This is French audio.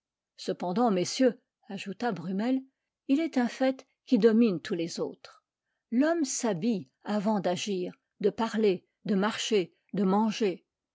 cependant messieurs ajouta brummel il est un fait qui domine tous les autres l'homme s'habille avant d'agir de parler de marcher de manger